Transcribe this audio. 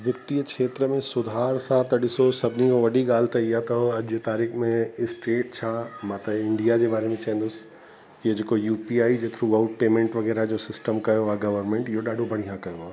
वित्तीय खेत्र में सुधार सां त ॾिसो सभिनो खो वॾी ॻाल्हि त इहा अथव अॼ जी तारीख़ में स्टेट छा मां त इंडिया जे बारे में चवंदुसि इहा जेको यूपीआ ई जे थ्रूआउट पेमेंट वगैरह जो सिस्टम कयो आहे गवरमेंट इहो ॾाढो बढ़िया कयो आहे